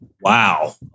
wow